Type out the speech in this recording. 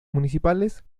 municipales